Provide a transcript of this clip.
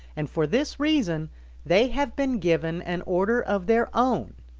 and for this reason they have been given an order of their own,